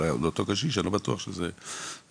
אבל לאותו קשיש אני לא בטוח שזה נכון,